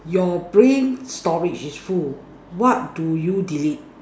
your brain storage is full what do you delete